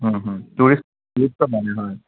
tourist টুৰিষ্টৰ কাৰণে হয়